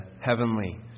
heavenly